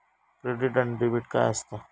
Credit आणि debit काय असता?